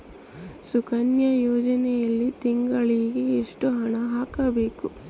Sir Sukanya ಯೋಜನೆಯಲ್ಲಿ ತಿಂಗಳಿಗೆ ಎಷ್ಟು ಹಣವನ್ನು ಹಾಕಬಹುದು?